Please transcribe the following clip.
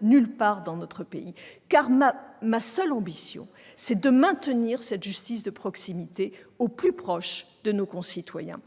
nulle part dans notre pays, car ma seule ambition est de maintenir cette justice de proximité au plus près de nos concitoyens.